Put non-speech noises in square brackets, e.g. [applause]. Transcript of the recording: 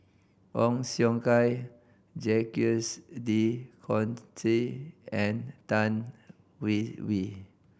Ong Siong Kai Jacques De [unintelligible] and Tan Hwee Hwee